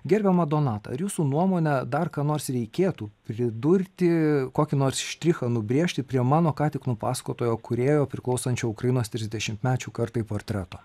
gerbiama donata ar jūsų nuomone dar ką nors reikėtų pridurti kokį nors štrichą nubrėžti prie mano ką tik nupasakotojo kūrėjo priklausančio ukrainos trisdešimtmečių kartai portreto